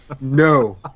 No